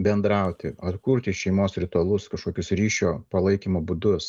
bendrauti ar kurti šeimos ritualus kažkokius ryšio palaikymo būdus